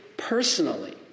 Personally